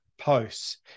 posts